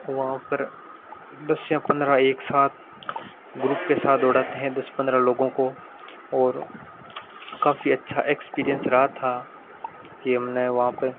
वहाँ पर दस या पंद्रह एक साथ ग्रुप के साथ दौड़ाते हैं दस पंद्रह लोगों को और काफ़ी अच्छा एक्सपिरिएन्स रहा था कि हमने वहाँ पे